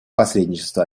посредничества